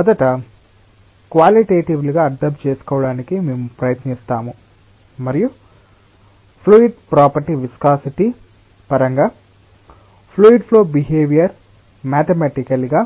మొదట క్వాలిటెటివ్లిగా అర్థం చేసుకోవడానికి మేము ప్రయత్నిస్తాము మరియు ఫ్లూయిడ్ ప్రాపర్టీ విస్కాసిటి పరంగా ఫ్లూయిడ్ ఫ్లో బిహేవియర్ మ్యాథెమటికెల్లిగా